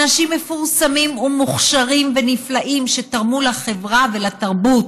אנשים מפורסמים ומוכשרים ונפלאים שתרמו לחברה ולתרבות